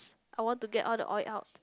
I want to get all the oil out